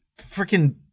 freaking